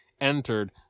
entered